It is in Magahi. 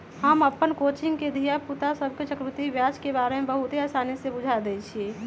हम अप्पन कोचिंग के धिया पुता सभके चक्रवृद्धि ब्याज के बारे में बहुते आसानी से बुझा देइछियइ